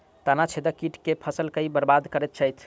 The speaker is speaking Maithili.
तना छेदक कीट केँ सँ फसल केँ बरबाद करैत अछि?